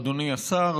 אדוני השר,